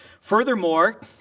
Furthermore